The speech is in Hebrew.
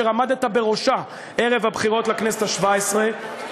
אשר עמדת בראשה ערב הבחירות לכנסת השבע-עשרה,